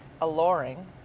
alluring